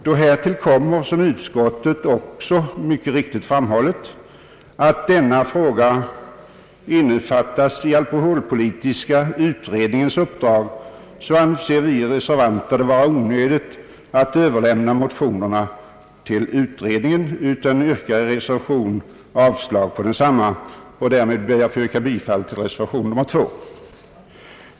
Då härtill kommer, som utskottet mycket riktigt framhållit, att denna fråga innefattas i alkoholpolitiska utredningens uppdrag, anser vi reservanter det vara onödigt att överlämna motionerna till utredning. Vi yrkar därför avslag på motionerna. Därmed ber jag att få yrka bifall till reservation 2.